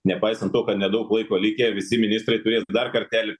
nepaisant to kad nedaug laiko likę visi ministrai turės dar kartelį